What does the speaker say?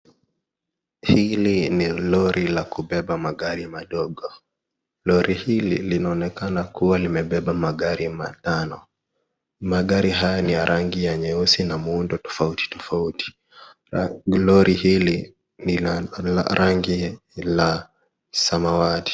Hili ni lori la kubeba magari madogo, lori hili linaonekana kuwa limebeba magari matano. Magari haya ni ya rangi ya nyeusi na muundo tofauti tofauti. Lori hili ni la rangi la samawati.